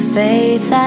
faith